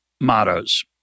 mottos